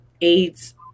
AIDS